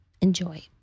enjoy